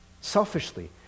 Selfishly